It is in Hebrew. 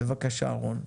בבקשה, רון.